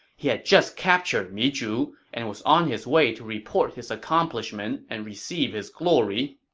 he had just captured mi zhu and was on his way to report his accomplishment and receive his glory.